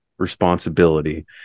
responsibility